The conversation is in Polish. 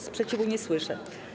Sprzeciwu nie słyszę.